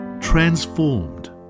transformed